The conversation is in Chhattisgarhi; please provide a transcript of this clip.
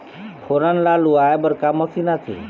फोरन ला लुआय बर का मशीन आथे?